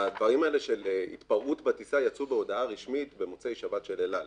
והדברים האלה של התפרעות בטיסה יצאו בהודעה רשמית של אל על במוצאי שבת.